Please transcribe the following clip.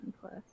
plus